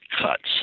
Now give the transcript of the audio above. cuts